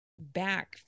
back